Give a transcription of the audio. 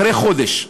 אחרי חודש,